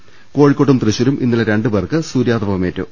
് കോഴിക്കോട്ടും തൃശൂരും ഇന്നലെ രണ്ടുപേർക്ക് സൂര്യാതപമേറ്റു